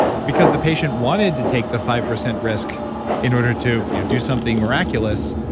because the patient wanted to take the five percent risk in order to you know do something miraculous.